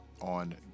on